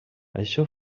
això